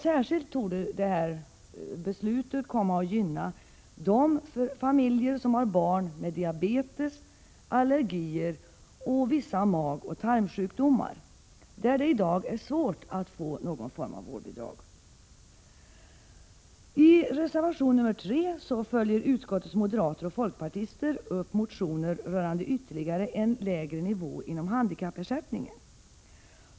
Särskilt torde detta beslut gynna de familjer som har barn med diabetes, allergier och vissa magoch tarmsjukdomar och som det i dag är svårt att få någon form av vårdbidrag för. I reservation 3 följer utskottets moderater och folkpartister upp motioner som rör en ännu lägre nivå inom handikappersättningen.